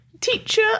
teacher